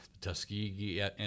Tuskegee